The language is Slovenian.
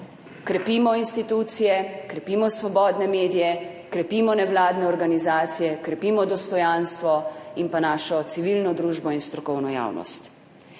krepimo institucije, krepimo svobodne medije, krepimo nevladne organizacije, krepimo dostojanstvo in pa našo civilno družbo in strokovno javnost.